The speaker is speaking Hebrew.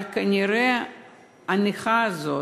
אבל כנראה הנכה הזאת,